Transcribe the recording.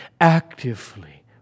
actively